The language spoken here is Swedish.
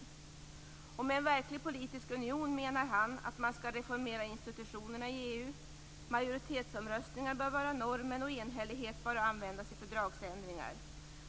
Fischer menar med en verklig politisk union att man skall reformera institutionerna i EU, majoritetsomröstningar bör vara normen och enhällighet bara användas i fördragsändringar.